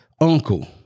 uncle